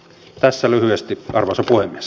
tässä lyhyesti arvoisa puhemies